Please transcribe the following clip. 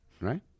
Right